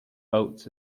boats